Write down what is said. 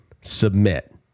submit